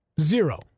Zero